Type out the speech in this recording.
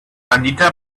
anita